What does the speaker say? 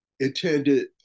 intended